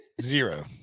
Zero